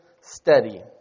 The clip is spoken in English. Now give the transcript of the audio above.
steady